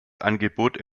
angebot